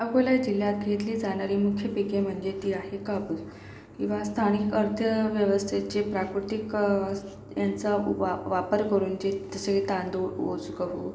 अकोला जिल्ह्यात घेतली जाणारी मुख्य पिके म्हणजे ती आहे कापूस किंवा स्थानिक अर्थव्यवस्थेचे प्राकृतिक यांचा वा वापर करून जे तसे तांदूळ ऊस गहू